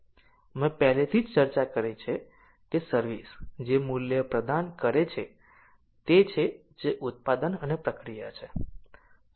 અમે પહેલેથી જ ચર્ચા કરી છે કે સર્વિસ જે મૂલ્ય પ્રદાન કરે છે તે તે છે જે ઉત્પાદન અને પ્રક્રિયા છે